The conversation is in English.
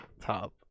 top